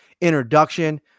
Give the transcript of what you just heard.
introduction